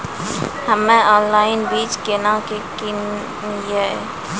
हम्मे ऑनलाइन बीज केना के किनयैय?